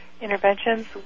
interventions